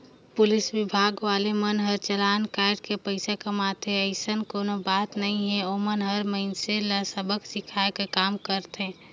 police विभाग वाले मन हर चलान कायट कर पइसा कमाथे अइसन कोनो बात नइ हे ओमन हर मइनसे मन ल सबक सीखये कर काम करथे